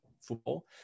football